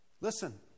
Listen